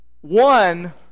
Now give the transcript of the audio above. One